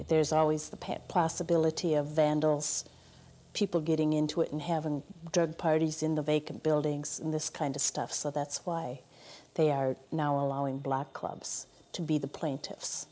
there's always the pit possibility of vandals people getting into it and haven't dug parties in the vacant buildings in this kind of stuff so that's why they are now allowing block clubs to be the plaintiffs